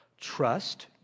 trust